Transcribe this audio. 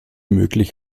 möglich